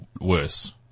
worse